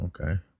Okay